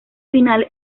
final